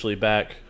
back